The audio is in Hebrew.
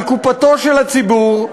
על קופתו של הציבור.